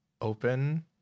open